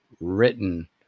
written